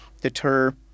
deter